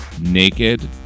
naked